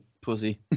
pussy